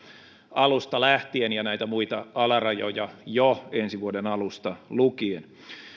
alusta lähtien ja näitä muita alarajoja jo ensi vuoden alusta lukien